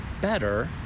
better